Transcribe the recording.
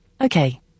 Okay